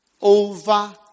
over